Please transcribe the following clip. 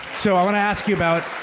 so i want to ask you about.